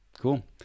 cool